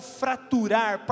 fraturar